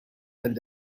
and